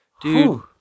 Dude